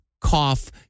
cough